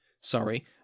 Sorry